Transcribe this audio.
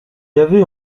avait